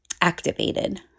activated